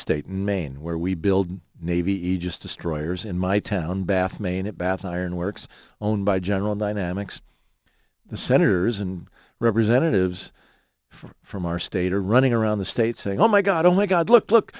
state in maine where we build navy aegis destroyers in my town bath maine at bath ironworks owned by general dynamics the senators and representatives from our state are running around the state saying oh my god oh my god look look